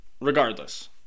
regardless